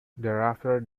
thereafter